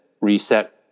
reset